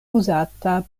uzata